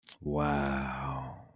Wow